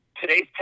Today's